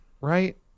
right